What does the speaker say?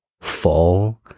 fall